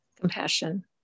Compassion